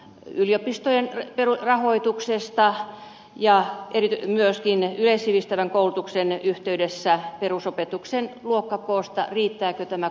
yliopistojen perusrahoituksesta ja eri myöskin yleissivistävän koulutuksen yhteydessä perusopetuksen luokkakoosta riittääkö tämä